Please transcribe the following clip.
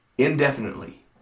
Indefinitely